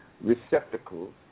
receptacles